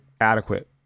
adequate